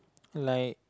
like